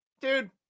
Dude